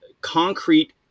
concrete